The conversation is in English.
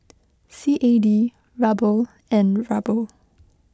C A D Ruble and Ruble